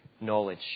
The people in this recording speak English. knowledge